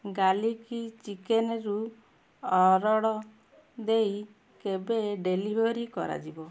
garlic ଚିକେନରୁ order ଦେଇ କେବେ ଡେଲିଭରି କରାଯିବ